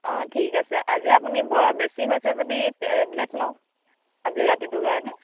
অঁ ঠিক আছে আজি আপুনি বৰ বেছি হৈছে যদি টেবলেট লওক আজি ৰাতিটোৰ কাৰণে